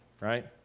right